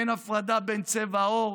אין הפרדה בין צבעי עור,